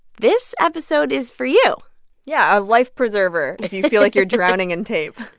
this episode is for you yeah. a life preserver. if you feel like you're drowning in tape